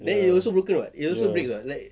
ya ya